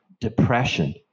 depression